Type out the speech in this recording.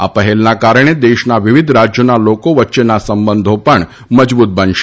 આ પહેલના કારણે દેશના વિવિધ રાજ્યોના લોકો વચ્ચેના સંબંધો પણ મજબૂત બનશે